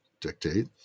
dictate